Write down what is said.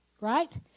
Right